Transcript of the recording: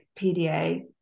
PDA